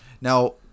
Now